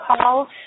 call